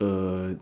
uh